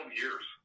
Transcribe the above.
years